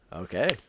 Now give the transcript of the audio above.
Okay